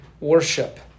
Worship